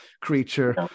creature